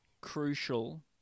crucial